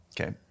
Okay